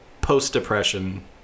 post-depression